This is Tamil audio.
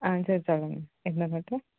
ஆ சரி சொல்லுங்க என்ன நோட்டு